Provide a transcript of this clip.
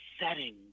setting